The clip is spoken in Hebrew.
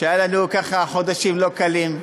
שהיו לנו, ככה, חודשים לא קלים,